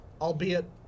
albeit